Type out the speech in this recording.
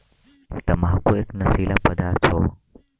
तम्बाकू एक नसीला पदार्थ हौ